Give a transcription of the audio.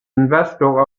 investor